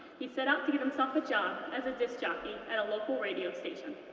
he set out to get himself a job as a disc jockey at a local radio station.